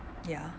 ya